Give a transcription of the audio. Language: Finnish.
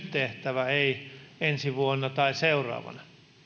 tehtävä ei ensi vuonna tai seuraavana